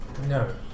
No